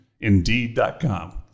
indeed.com